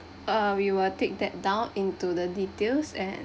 uh we will take that down into the details and